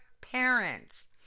parents